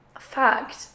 fact